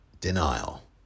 Denial